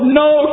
no